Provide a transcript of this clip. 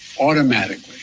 automatically